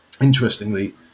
interestingly